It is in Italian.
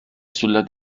sulla